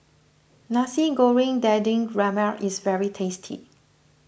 Nasi Goreng Daging Merah is very tasty